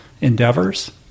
endeavors